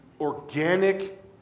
organic